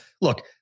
look